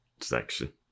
section